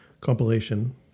compilation